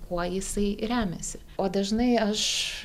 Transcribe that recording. kuo jisai remiasi o dažnai aš